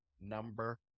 number